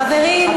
חברים,